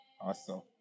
Awesome